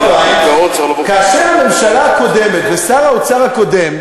כאשר הממשלה הקודמת ושר האוצר הקודם,